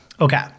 Okay